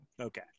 Okay